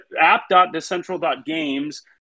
app.decentral.games